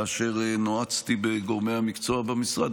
כאשר נועצתי בגורמי המקצוע במשרד,